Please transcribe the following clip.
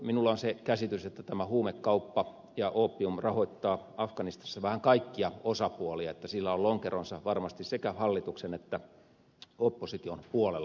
minulla on se käsitys että tämä huumekauppa ja oopiumi rahoittaa afganistanissa vähän kaikkia osapuolia sillä on lonkeronsa varmasti sekä hallituksen että opposition puolella